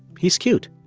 he's cute.